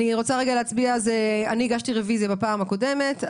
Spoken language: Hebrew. הגשתי רביזיה בפעם הקודמת.